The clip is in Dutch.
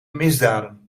misdaden